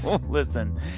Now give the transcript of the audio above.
Listen